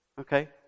Okay